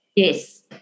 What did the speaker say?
yes